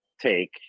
take